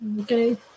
okay